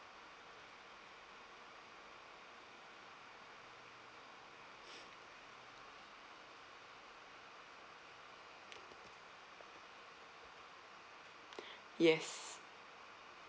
yes